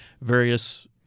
various